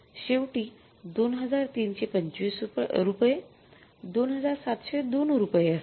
हे शेवटी २३२५ रुपये - २७०२ रुपये असेल